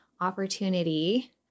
opportunity